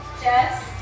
Jess